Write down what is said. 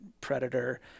predator